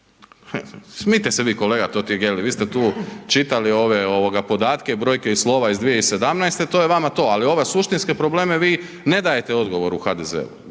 Smijte se vi kolega Totgergeli, vi ste tu čitali ove podatke, brojke i slova iz 2017., to je vama to ali ova suštinske probleme vi ne dajte odgovore u HDZ-u